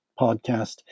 podcast